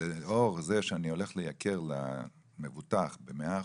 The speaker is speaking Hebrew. בעקבות זה שאני הולך לייקר למבוטח ב-100%,